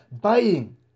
buying